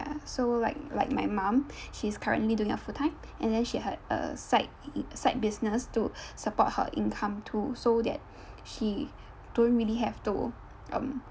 so like like my mum she is currently doing a full time and then she had a side side business to support her income too so that she don't really have to um